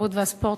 התרבות והספורט,